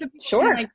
sure